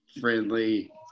friendly